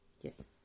Yes